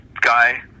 guy